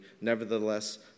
nevertheless